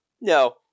No